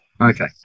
Okay